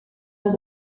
les